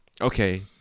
okay